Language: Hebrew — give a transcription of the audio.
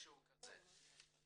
משהו כזה.